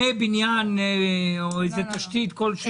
בניין או תשתית כלשהי.